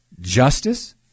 justice